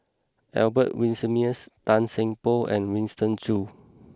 Albert Winsemius Tan Seng Poh and Winston Choos